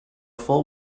full